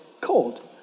cold